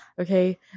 Okay